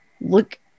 look